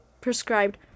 prescribed